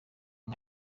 nka